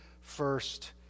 first